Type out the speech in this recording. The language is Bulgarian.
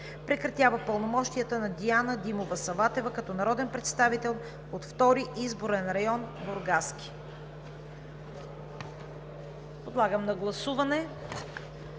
Прекратява пълномощията на Диана Димова Саватева като народен представител от Втори изборен район – Бургаски.“